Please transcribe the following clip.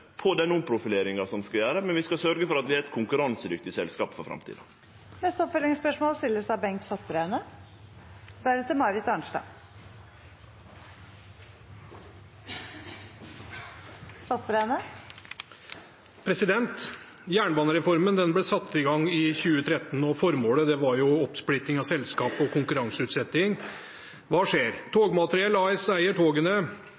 på den omprofileringa vi skal gjere, men vi skal sørgje for at vi er eit konkurransedyktig selskap for framtida. Bengt Fasteraune – til oppfølgingsspørsmål. Jernbanereformen ble satt i gang i 2013, og formålet var oppsplitting av selskapet og konkurranseutsetting. Hva skjer? Togmateriell AS eier togene,